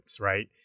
right